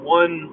one